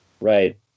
Right